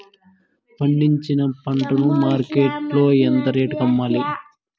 పండించిన పంట ను మార్కెట్ లో ఎంత రేటుకి అమ్మాలి?